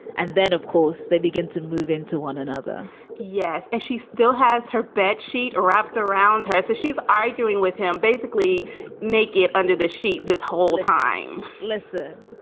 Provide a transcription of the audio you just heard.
and then, of course, they begin to move into one another yes. and she still has her bed sheet wrapped around her. so she's arguing with him, basically make it under the sheet this whole time listen.